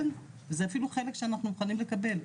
זה אפילו חלק שאנחנו מוכנים לקבל,